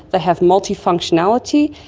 they have multi-functionality,